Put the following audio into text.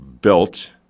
built